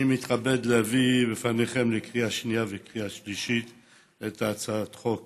אני מתכבד להביא בפניכם לקריאה שנייה וקריאה שלישית את הצעת חוק